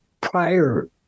prior